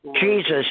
Jesus